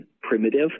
primitive